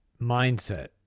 mindset